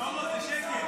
--- שלמה, זה שקר.